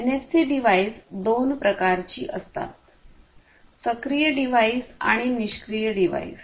NFC device दोन प्रकारचे असतात सक्रिय डिव्हाइस किंवा निष्क्रिय डिव्हाइस